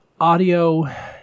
Audio